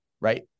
right